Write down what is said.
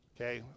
Okay